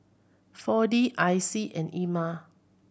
Four D I C and Ema